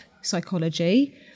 psychology